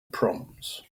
proms